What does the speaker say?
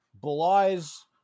belies